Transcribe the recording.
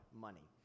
money